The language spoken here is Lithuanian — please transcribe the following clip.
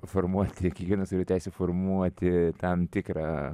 formuoti kiekvienas turi teisę formuoti tam tikrą